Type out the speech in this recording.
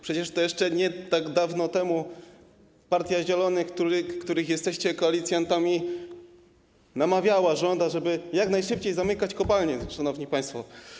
Przecież jeszcze nie tak dawno temu partia Zielonych, których jesteście koalicjantami, namawiała rząd, ażeby jak najszybciej zamykać kopalnie, szanowni państwo.